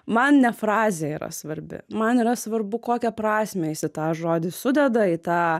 man ne frazė yra svarbi man yra svarbu kokią prasmę jis į tą žodį sudeda į tą